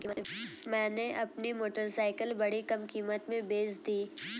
मैंने अपनी मोटरसाइकिल बड़ी कम कीमत में बेंच दी